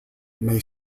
may